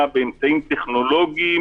אמרה חברת הכנסת קארין אלהרר,